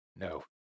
No